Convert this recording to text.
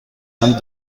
vingt